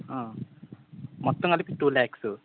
మొత్తం కలిపి టూ ల్యాక్సు